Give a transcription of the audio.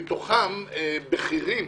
מתוכם בכירים